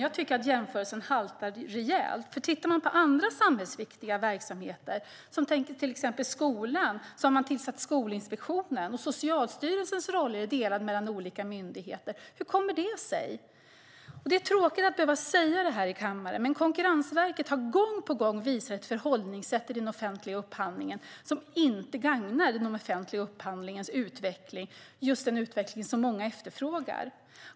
Jag tycker att jämförelsen haltar rejält. Man kan titta på andra samhällsviktiga verksamheter. När det gäller skolan har Skolinspektionen tillsatts. Även Socialstyrelsens roller är delade mellan olika myndigheter. Hur kommer det sig? Det är tråkigt att behöva säga detta i kammaren, men Konkurrensverket har gång på gång visat ett förhållningssätt i den offentliga upphandlingen som inte gagnar den offentliga upphandlingens utveckling - just den utveckling som många efterfrågar.